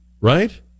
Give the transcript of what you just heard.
right